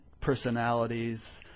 personalities